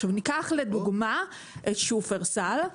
ניקח לדוגמה את שופרסל,